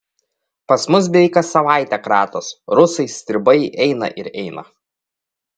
pas mus beveik kas savaitę kratos rusai stribai eina ir eina